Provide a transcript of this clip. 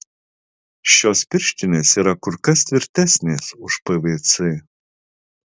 šios pirštinės yra kur kas tvirtesnės už pvc